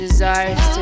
Desires